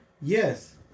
Yes